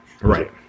right